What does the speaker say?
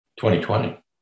2020